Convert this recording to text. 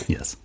Yes